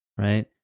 right